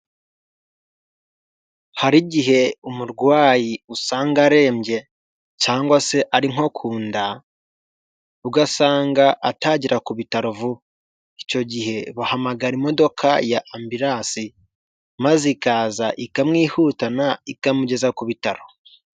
Hari igihe umurwayi usanga arembye cyangwa se ari nko ku nda ugasanga atagera ku bitaro vuba, icyo gihe bahamagara imodoka ya ambilansi maze ikaza ikamwihutana, ikamugeza ku bitaro.